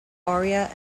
aria